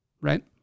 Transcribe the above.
Right